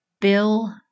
Bill